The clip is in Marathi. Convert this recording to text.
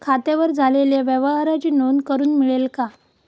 खात्यावर झालेल्या व्यवहाराची नोंद करून मिळेल का?